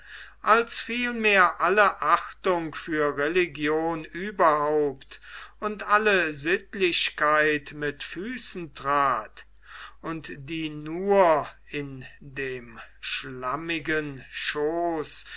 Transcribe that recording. als vielmehr alle achtung für religion überhaupt und alle sittlichkeit mit füßen trat und die nur in dem schlammichten